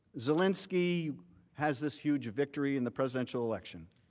zelensky has this huge victory in the presidential election.